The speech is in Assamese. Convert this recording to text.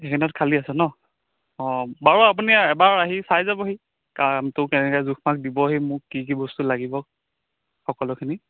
হেইকেইদিনত খালী আছে ন অঁ বাৰু আপুনি এবাৰ আহি চাই যাবহি কামটো কেনেকে জোখ মাখ দিবহি মোক কি কি বস্তু লাগিব সকলোখিনি